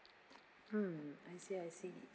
mm I see I see